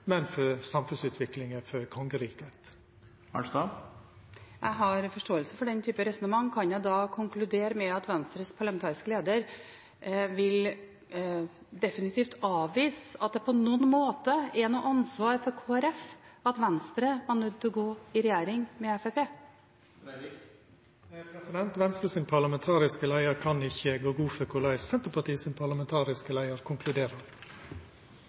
men for samfunnsutviklinga, for kongeriket. Jeg har forståelse for den typen resonnement. Kan jeg da konkludere med at Venstres parlamentariske leder definitivt vil avvise at det på noen måte er Kristelig Folkepartis ansvar at Venstre var nødt til å gå i regjering med Fremskrittspartiet? Venstres parlamentariske leiar kan ikkje gå god for korleis Senterpartiets parlamentariske leiar konkluderer.